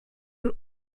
wohl